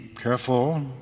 careful